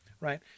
right